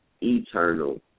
eternal